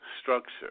structure